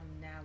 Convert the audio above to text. now